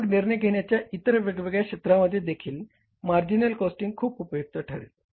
मग निर्णय घेण्याच्या इतर वेगवेगळ्या क्षेत्रांमध्ये देखील मार्जिनल कॉस्टिंग खूप उपयुक्त ठरेल